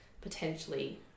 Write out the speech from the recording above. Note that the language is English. potentially